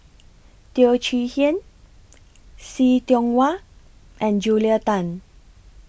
Teo Chee Hean See Tiong Wah and Julia Tan